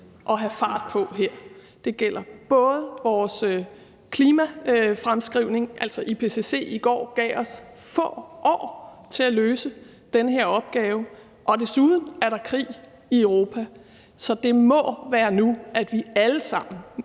at have fart på her. Det gælder vores klimafremskrivning – IPCC gav os i går få år til at løse den her opgave – og desuden er der krig i i Europa. Så det må være nu, at vi alle sammen